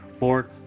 Lord